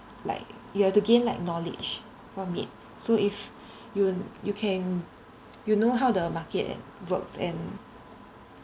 like you have to gain like knowledge from it so if you kn~ you can you know how the market and works and